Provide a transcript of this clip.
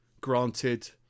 granted